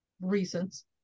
reasons